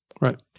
Right